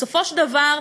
בסופו של דבר,